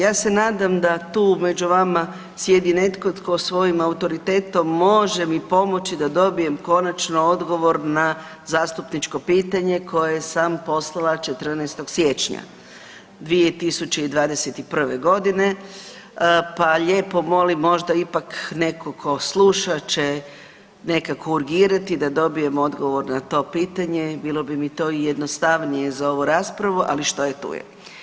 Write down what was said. Ja se nadam da tu među vama sjedi netko tko svojim autoritetom može mi pomoći da dobijem konačno odgovor na zastupničko pitanje koje sam poslala 14. siječnja 2021. g. pa lijepo molim, možda ipak netko tko sluša će nekako urgirati da dobijem odgovor na to pitanje, bilo bi mi to i jednostavnije za ovu raspravu, ali što je tu je.